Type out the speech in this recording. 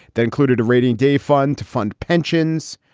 they included a rainy day fund to fund pensions.